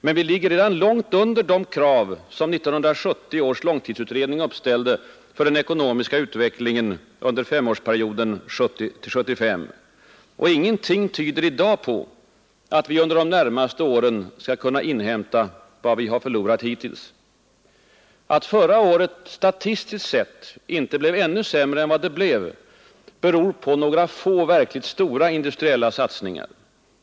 Men vi ligger redan långt under de krav 1970 års långtidsutredning uppställde för den ekonomiska utvecklingen under femårsperioden 1970—75. Ingenting tyder i dag på att vi under de närmaste åren skall kunna inhämta vad vi hittills förlorat. Att förra året statistiskt sett inte blev ännu sämre än det blev beror på några få verkligt stora industriella satsningar.